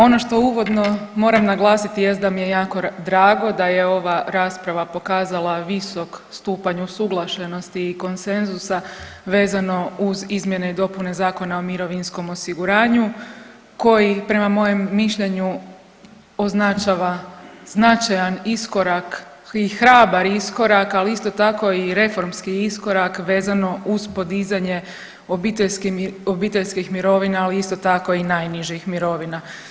Ono što uvodno moram naglasiti jest da mi je jako drago da je ova rasprava pokazala visok stupanj usuglašenosti i konsenzusa vezano uz izmjene i dopune Zakona o mirovinskom osiguranju koji prema mojem mišljenju označava značajan iskorak i hrabar iskorak, ali isto tako i reformski iskorak vezano uz podizanje obiteljskih mirovina, ali isto tako i najnižih mirovina.